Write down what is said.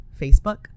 Facebook